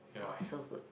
orh so good